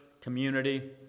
community